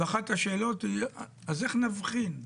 ואחת השאלות, אז איך נבחין?